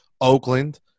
Oakland